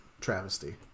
travesty